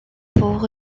pour